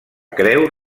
creu